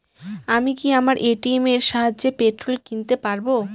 আমি কি আমার এ.টি.এম এর সাহায্যে পেট্রোল কিনতে পারব?